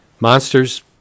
Monsters